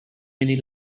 many